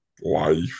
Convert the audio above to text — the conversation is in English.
life